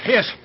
Yes